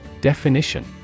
Definition